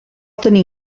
tenir